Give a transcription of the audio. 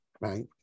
right